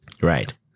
Right